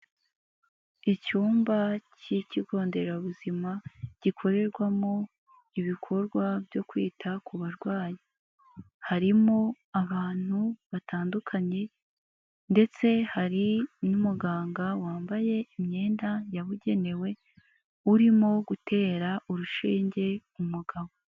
Icyumba cy'ikigo nderabuzima gikorerwamo ibikorwa byo kwita ku barwayi. Harimo abantu batandukanye ndetse hari n'umuganga wambaye imyenda yabugenewe, urimo gutera urushege umugabo.